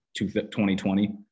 2020